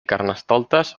carnestoltes